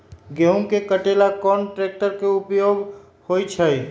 गेंहू के कटे ला कोंन ट्रेक्टर के उपयोग होइ छई?